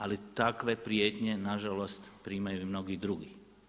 Ali takve prijetnje nažalost primaju i mnogi drugi.